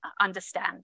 understand